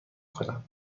کنم